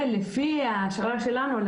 ולפי השערה שלנו,